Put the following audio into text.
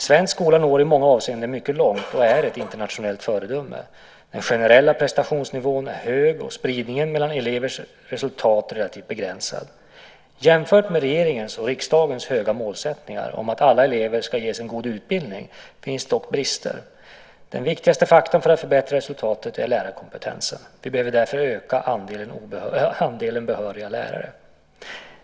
Svensk skola når i många avseenden mycket långt och är ett internationellt föredöme. Den generella prestationsnivån är hög, och spridningen mellan elevers resultat är relativt begränsad. Jämfört med regeringens och riksdagens höga målsättningar om att alla elever ska ges en god utbildning finns dock brister. Den viktigaste faktorn för att förbättra resultaten är lärarkompetensen. Vi behöver därför öka andelen behöriga lärare.